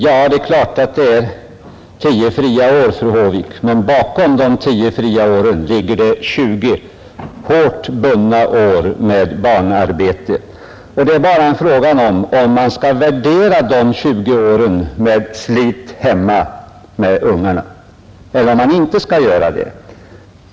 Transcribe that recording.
Ja, det är klart att det är tio fria år, fru Håvik, men bakom dessa ligger 20 hårt bundna år med barnarbete. Frågan är bara hur man skall värdera åren hemma med slit och arbete med barnen.